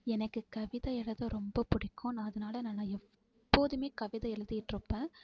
எனக்கு கவிதை எழுத ரொம்ப பிடிக்கும் நான் அதனால எப்போதும் கவிதை எழுதிட்டுருப்பேன்